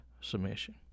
submission